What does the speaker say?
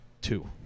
two